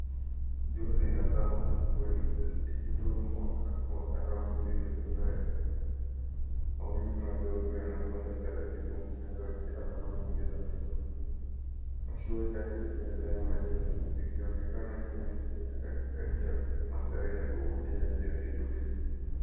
Jua linazama ufukweni, likitoa mwanga wa dhahabu juu ya bahari. Mawimbi madogo yanagonga taratibu mchanga wenye alama nyingi za miguu. Mashua chache zinaendelea majini, zikionekana kimya kimya katikati ya mandhari ya kuvutia ya jioni tulivu.